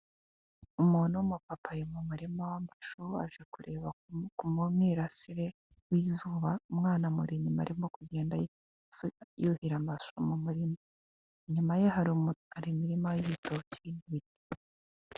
Umuntu w'umu papa ari mu murima mashu aje kureba ku mwirasire w'izuba, umwana amuri inyuma arimo kugenda yuhira amashu mu murima, inyuma ye hari imirima y'ibitoki.